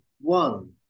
one